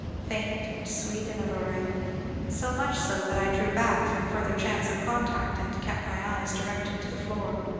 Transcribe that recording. faint and sweet and alluring so much so, that i drew back from further chance of contact, and kept my eyes directed to the floor.